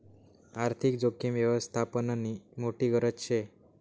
आर्थिक जोखीम यवस्थापननी मोठी गरज शे